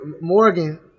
Morgan